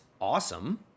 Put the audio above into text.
awesome